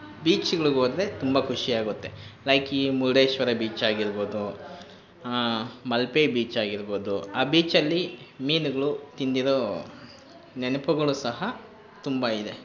ಬೀಚ್ಗಳಿಗೋದರೆ ತುಂಬ ಖುಷಿಯಾಗುತ್ತೆ ಲೈಕ್ ಈ ಮುರ್ಡೇಶ್ವರ ಬೀಚಾಗಿರ್ಬೋದು ಮಲ್ಪೆ ಬೀಚಾಗಿರ್ಬೋದು ಆ ಬೀಚಲ್ಲಿ ಮೀನುಗಳು ತಿಂದಿರೋ ನೆನಪುಗಳು ಸಹ ತುಂಬ ಇದೆ